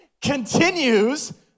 Continues